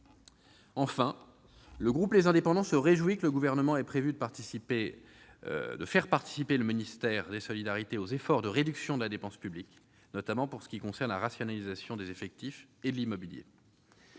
Enfin, le groupe Les Indépendants se réjouit que le Gouvernement ait prévu de faire participer le ministère des solidarités et de la santé aux efforts de réduction de la dépense publique, notamment pour ce qui concerne la rationalisation des effectifs et de l'immobilier.